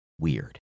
weird